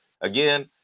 again